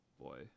boy